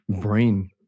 brain